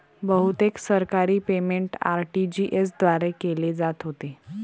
बहुतेक सरकारी payment RTGS द्वारे केले जात होते